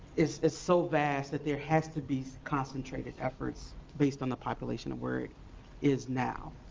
is is so vast that there has to be concentrated efforts based on the population of where it is now,